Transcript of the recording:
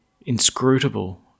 inscrutable